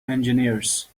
engineers